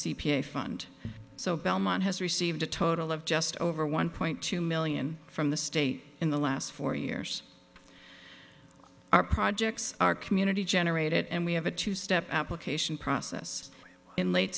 a fund so belmont has received a total of just over one point two million from the state in the last four years our projects are community generated and we have a two step application process in late